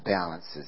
balances